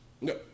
no